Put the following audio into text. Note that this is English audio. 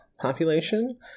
population